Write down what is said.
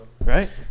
Right